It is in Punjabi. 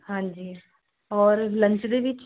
ਹਾਂਜੀ ਔਰ ਲੰਚ ਦੇ ਵਿੱਚ